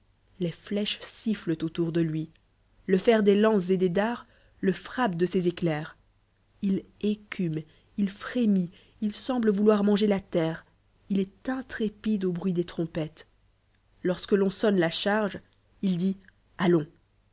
les flèches sifdeut autour de lui le fer des lances et des jards le frappe de ses éclairs il écume il frémit il semble vouloir manger la terre il est intrépide au bruit des trompettes lorsque l'on sonne la charg e i l dit allons